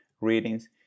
readings